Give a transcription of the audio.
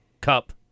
Cup